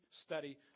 study